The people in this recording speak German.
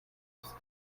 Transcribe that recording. ist